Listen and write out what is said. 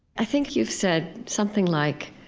i think you've said something like